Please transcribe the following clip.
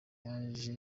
yaje